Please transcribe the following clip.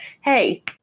hey